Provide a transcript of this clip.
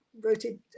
Voted